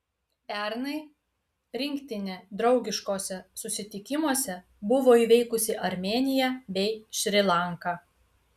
pernai rinktinė draugiškuose susitikimuose buvo įveikusi armėniją bei šri lanką